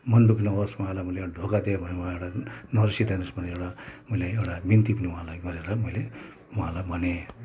मन दुःख नहोस् उहाँलाई मैले एउटा धोका दिएँ भनेर उहाँ एउटा नरिसाइदिनु होस् भनेर मैले एउटा बिन्ती पनि गरेर मैले उहाँलाई भने